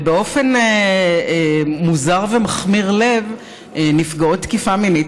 באופן מוזר ומכמיר לב נפגעות תקיפה מינית